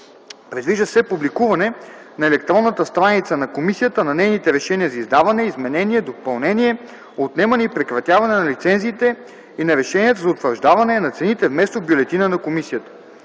Предвижда се публикуване на електронната страница на комисията на нейните решения за издаване, изменение, допълнение, отнемане и прекратяване на лицензиите и на решенията за утвърждаване на цените, вместо в бюлетина на комисията.